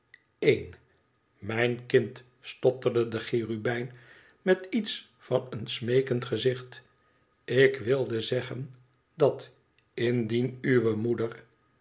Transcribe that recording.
één mijn kind stotterde de cherubijn met iets van een smeekend gezicht ik wilde zeggen dat indien uwe moeder